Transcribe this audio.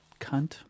cunt